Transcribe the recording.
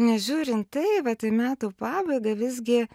nežiūrin tai vat į metų pabaigą visgi